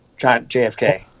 JFK